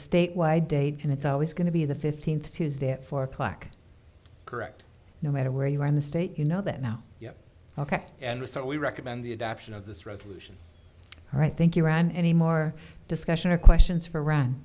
statewide date and it's always going to be the fifteenth tuesday at four o'clock correct no matter where you are in the state you know that now ok and so we recommend the adoption of this resolution all right thank you ron any more discussion or questions f